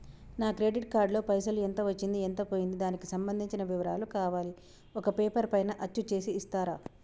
నా credit card లో పైసలు ఎంత వచ్చింది ఎంత పోయింది దానికి సంబంధించిన వివరాలు కావాలి ఒక పేపర్ పైన అచ్చు చేసి ఇస్తరా?